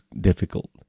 difficult